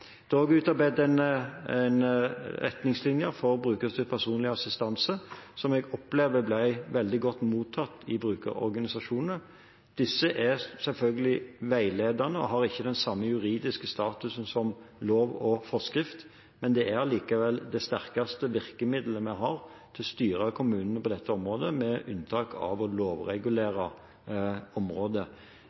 personlig assistanse, som jeg opplever ble veldig godt mottatt i brukerorganisasjonene. Disse er selvfølgelig veiledende og har ikke den samme juridiske statusen som lov og forskrift. Det er allikevel det sterkeste virkemiddelet vi har til å styre kommunene på dette området, med unntak av å lovregulere området.